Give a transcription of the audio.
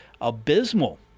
abysmal